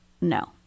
no